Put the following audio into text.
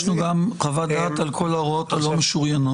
חוק תיאורטי, או שרק על פסיקות תיאורטיות את